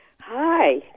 Hi